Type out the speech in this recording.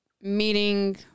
meeting